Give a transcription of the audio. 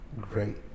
great